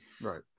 Right